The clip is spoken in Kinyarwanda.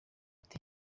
ati